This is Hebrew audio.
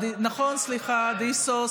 סליחה, אדיסו.